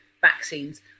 vaccines